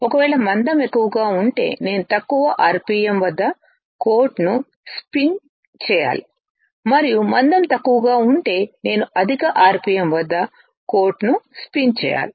ఒకవేళ మందం ఎక్కువగా ఉంటే నేను తక్కువ ఆర్పిఎమ్ వద్ద కోట్ ను స్పిన్ చేయాలి మరియు మందం తక్కువగా ఉంటే నేను అధిక ఆర్పిఎమ్ వద్ద కోట్ ను స్పిన్ చేయవచ్చు